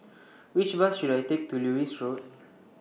Which Bus should I Take to Lewis Road